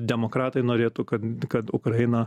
demokratai norėtų kad kad ukraina